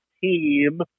team